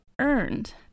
earned